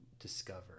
Discover